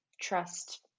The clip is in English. trust